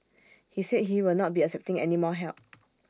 he said he will not be accepting any more help